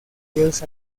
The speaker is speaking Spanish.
ellos